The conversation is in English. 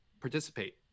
participate